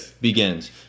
begins